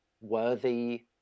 worthy